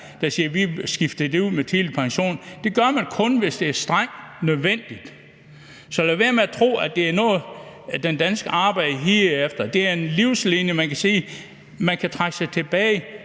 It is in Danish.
og siger, at de vil skifte det ud med tidlig pension. Det gør man kun, hvis det er strengt nødvendigt. Så man skal lade være med at tro, at det er noget, den danske arbejder higer efter. Det er en livline, der gør, at man kan trække sig tilbage